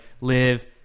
live